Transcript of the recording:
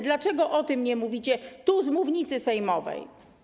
Dlaczego o tym nie mówicie tu, z mównicy sejmowej?